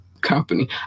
company